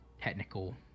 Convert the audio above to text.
technical